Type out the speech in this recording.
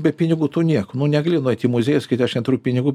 be pinigų tu nieko nu negali nueit į muziejų ir sakyti aš neturiu pinigų